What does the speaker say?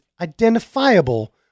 identifiable